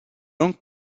langues